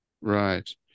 Right